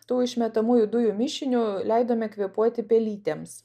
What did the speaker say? tų išmetamųjų dujų mišiniu leidome kvėpuoti pelytėms